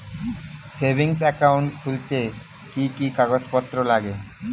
Savings account খুলতে কি কি কাগজপত্র লাগে?